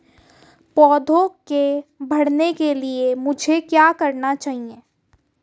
पौधे के बढ़ने के लिए मुझे क्या चाहिए?